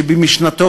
שבמשנתו,